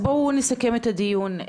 אני רוצה לסכם את הדיון.